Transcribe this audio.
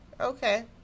Okay